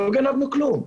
לא גנבנו כלום.